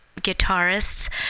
guitarists